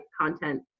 content